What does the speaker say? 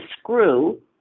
screw